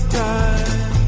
time